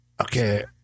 okay